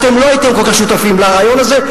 אתם לא הייתם כל כך שותפים לרעיון הזה.